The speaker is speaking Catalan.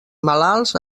malalts